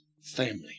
family